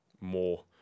more